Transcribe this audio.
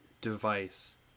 device